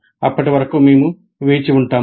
అప్పటి వరకు మేము వేచి ఉంటాము